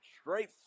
straight